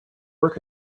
work